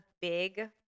big